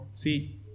See